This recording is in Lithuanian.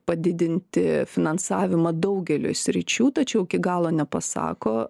padidinti finansavimą daugeliui sričių tačiau iki galo nepasako